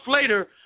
later